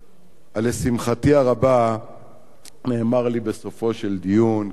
לשמחתי הרבה נאמר לי בסופו של דיון קצר,